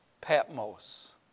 Patmos